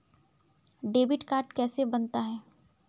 Debit card कैसे बनता है?